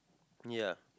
ya